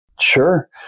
Sure